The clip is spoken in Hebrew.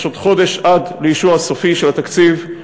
יש עוד חודש עד לאישור הסופי של התקציב,